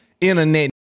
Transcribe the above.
internet